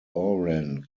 oran